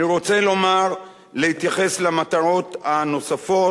אני רוצה להתייחס למטרות הנוספות.